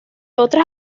otras